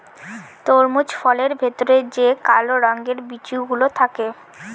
তরমুজ ফলের ভেতরে যে কালো রঙের বিচি গুলো থাকে